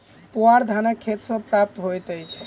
पुआर धानक खेत सॅ प्राप्त होइत अछि